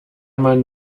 man